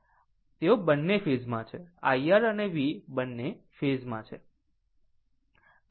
અહીં તેઓ બંને ફેઝ માં છે IR અને V બંને ફેઝ માં છે